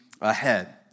ahead